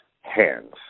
hands